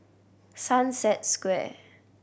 Sunset Square